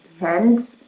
hand